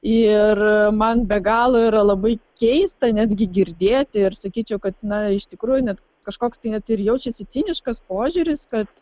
ir man be galo yra labai keista netgi girdėti ir sakyčiau kad na iš tikrųjų net kažkoks tai net ir jaučiasi ciniškas požiūris kad